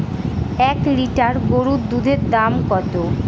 এক লিটার গরুর দুধের দাম কত?